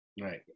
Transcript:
Right